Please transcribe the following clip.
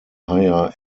higher